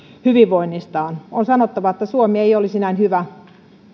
hyvinvoinnistaan on sanottava että suomi ei olisi näin hyvä